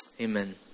Amen